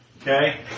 Okay